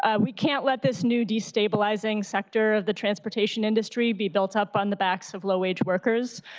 ah we cannot let this new destabilizing sector of the transportation industry be built up on the backs of low wage workers.